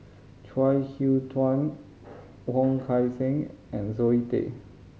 Chuang Hui Tsuan Wong Kan Seng and Zoe Tay